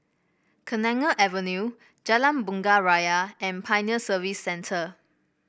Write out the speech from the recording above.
Kenanga Avenue Jalan Bunga Raya and Pioneer Service Centre